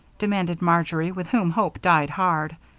demanded marjory, with whom hope died hard.